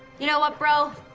you know what, bro?